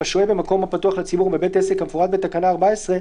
"השוהה במקום הפתוח לציבור או בבית עסק כפורט בתקנה 14,